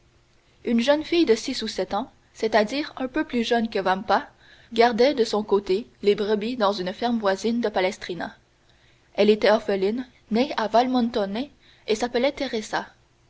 une jeune fille de six ou sept ans c'est-à-dire un peu plus jeune que vampa gardait de son côté les brebis dans une ferme voisine de palestrina elle était orpheline née à valmontone et s'appelait